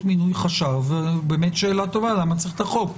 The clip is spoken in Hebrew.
מינוי חשב באמת שאלה טובה למה אני צריך את החוק,